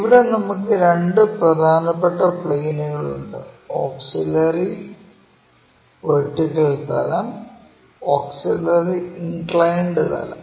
ഇവിടെ നമുക്ക് രണ്ട് പ്രധാനപ്പെട്ട പ്ലെയിനുകൾ ഉണ്ട് ഓക്സിലറി വെർട്ടിക്കൽ തലം ഓക്സിലറി ഇൻക്ലൈൻഡ് തലം